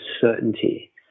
certainty